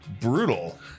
brutal